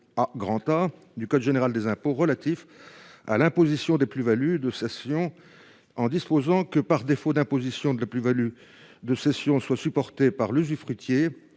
A du code général des impôts relatif à l’imposition des plus values de cession afin que, par défaut, l’imposition de la plus value de cession soit supportée par l’usufruitier,